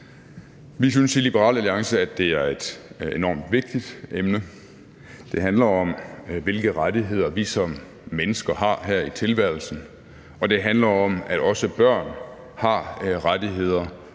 Vi synes i Liberal Alliance, at det er et enormt vigtigt emne. Det handler om, hvilke rettigheder vi som mennesker har her i tilværelsen, og det handler om, at også børn har rettigheder,